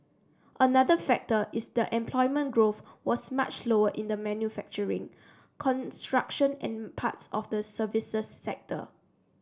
another factor is that employment growth was much slower in manufacturing construction and parts of the services sector